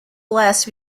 blessed